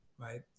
Right